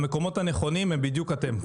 המקומות הנכונים הם בדיוק אתם,